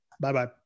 Bye-bye